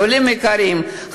עולים יקרים,